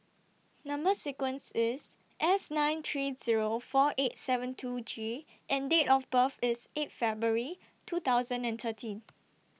Number sequence IS S nine three Zero four eight seven two G and Date of birth IS eight February two thousand and thirteen